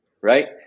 right